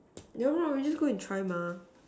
never lah we go just go and try mah